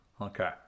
Okay